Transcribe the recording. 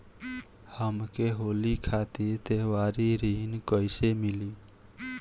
हमके होली खातिर त्योहारी ऋण कइसे मीली?